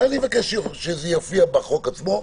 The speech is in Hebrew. אני מבקש שזה יופיע בחוק עצמו.